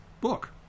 book